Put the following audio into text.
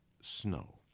snow